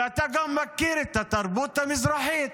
ואתה גם מכיר את התרבות המזרחית,